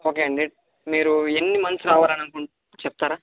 okay అండి మీరు ఎన్ని మంత్స్ రావాలని అనుకుంటు చెప్తారా